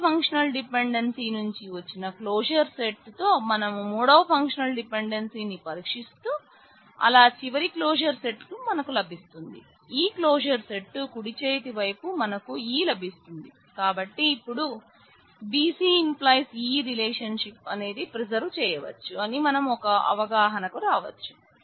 రెండవ functional dependency అనేది preserve చేయవచ్చు అని మనం ఒక అవగాహాన కు రావచ్చు